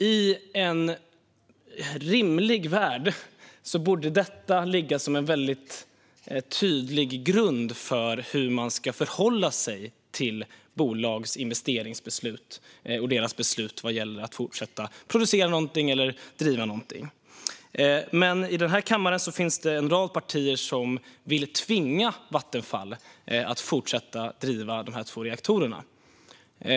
I en rimlig värld borde detta väldigt tydligt ligga till grund för hur man ska förhålla sig till bolags investeringsbeslut och beslut om att fortsätta producera eller driva något. Men i denna kammare finns en rad partier som vill tvinga Vattenfall att fortsätta driva dessa två reaktorer.